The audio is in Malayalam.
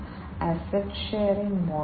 അതിനാൽ അവ വീണ്ടും കാലിബ്രേറ്റ് ചെയ്യേണ്ടിവരും